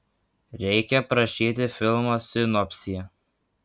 reikia parašyti filmo sinopsį